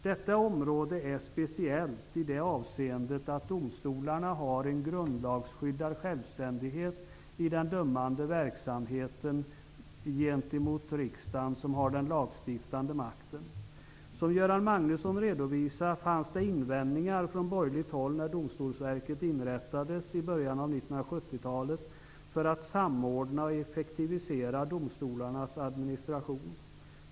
Detta område är speciellt i det avseendet att domstolarna har en grundlagsskyddad självständighet i den dömande verksamheten gentemot riksdagen, som har den lagstiftande makten. Som Göran Magnusson redovisat fanns det invändningar från borgerligt håll när Domstolsverket inrättades i början av 1970-talet för att samordna och effektivisera domstolarnas administration.